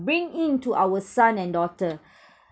bring in to our son and daughter